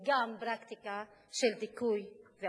וגם פרקטיקה של דיכוי ואלימות.